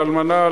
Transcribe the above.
לאלמנה,